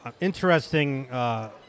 interesting